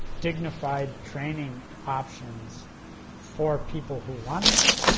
dignified training options for people who want them